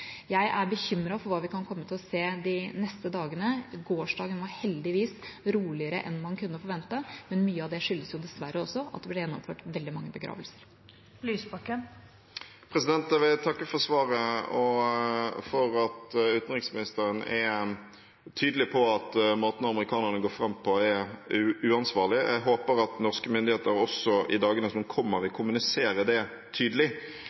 Jeg er bekymret for hva vi kan komme til å se de neste dagene. Gårsdagen var heldigvis roligere enn man kunne forvente, men mye av det skyldtes dessverre også at det ble gjennomført veldig mange begravelser. Da vil jeg takke for svaret, og for at utenriksministeren er tydelig på at måten amerikanerne går fram på, er uansvarlig. Jeg håper at norske myndigheter også i dagene som kommer, vil kommunisere det tydelig.